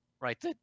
Right